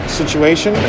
situation